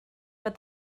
but